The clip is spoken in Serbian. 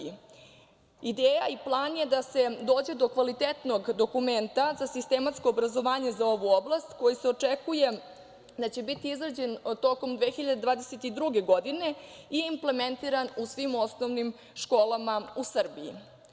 Ideja i plan je da se dođe do kvalitetnog dokumenta za sistematsko obrazovanje za ovu oblast, koji se očekuje da će biti izrađen tokom 2022. godine i implementiran u svim osnovnim školama u Srbiji.